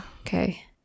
Okay